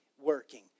working